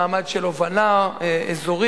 למעמד של הובלה אזורית.